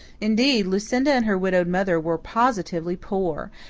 indeed, lucinda and her widowed mother were positively poor,